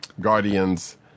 guardians